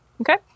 Okay